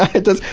it does.